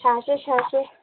ꯁꯥꯁꯤ ꯁꯥꯁꯤ